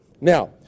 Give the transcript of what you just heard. Now